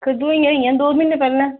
खुद ही होई आइयां कोई दौं म्हीने पैहलें